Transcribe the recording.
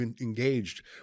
engaged